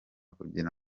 kugira